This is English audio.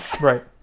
right